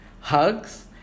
Hugs